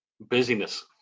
busyness